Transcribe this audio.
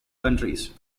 countries